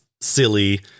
silly